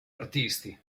artisti